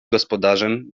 gospodarzem